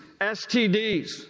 STDs